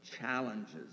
challenges